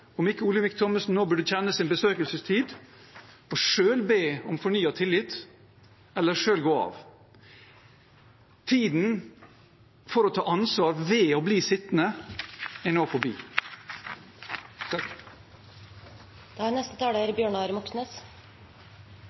Olemic Thommessen nå burde kjenne sin besøkelsestid og selv be om fornyet tillit eller gå av. Tiden for å ta ansvar ved å bli sittende er nå forbi.